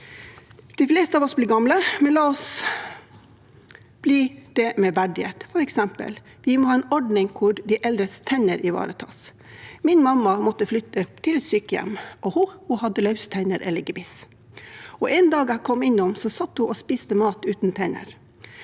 De fleste av oss blir gamle, men la oss bli det med verdighet. Vi må f.eks. ha en ordning der de eldres tenner ivaretas. Min mamma måtte flytte til et sykehjem, og hun hadde løstenner, eller gebiss. En dag jeg kom innom, satt hun og spiste mat uten tenner.